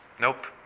nope